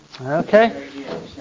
okay